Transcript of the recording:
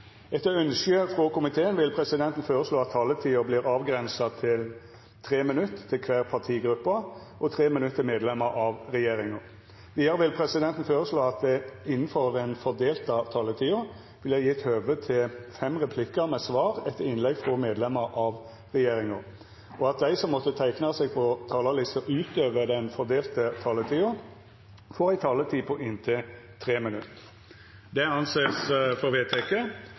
Etter ønske fra helse- og omsorgskomiteen vil presidenten føreslå at taletida vert avgrensa til 3 minutt til kvar partigruppe og 3 minutt til medlemer av regjeringa. Vidare vil presidenten føreslå at det – innanfor den fordelte taletida – vert gitt høve til replikkordskifte på inntil fem replikkar med svar etter innlegg frå medlemer av regjeringa, og at dei som måtte teikna seg på talarlista utover den fordelte taletida, får ei taletid på inntil 3 minutt. – Det er vedteke.